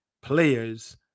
players